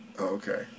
Okay